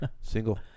single